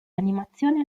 animazione